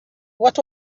what